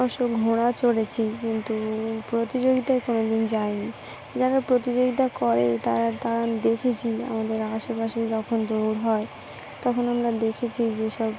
অবশ্য ঘোড়া চড়েছি কিন্তু প্রতিযোগিতায় কোনো দিন যায়নি যারা প্রতিযোগিতা করে তারা তারা আমি দেখেছি আমাদের আশেপাশে যখন দৌড় হয় তখন আমরা দেখেছি যেসব